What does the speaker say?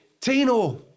Tino